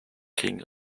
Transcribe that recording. king